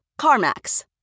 CarMax